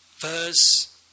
verse